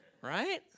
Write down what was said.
right